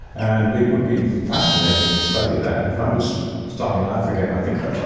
and it would be fascinating to study that. if i was starting life again, i think i